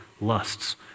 lusts